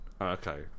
Okay